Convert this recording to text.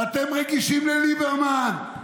ואתם רגישים לליברמן.